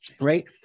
right